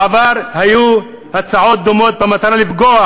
בעבר היו הצעות דומות במטרה לפגוע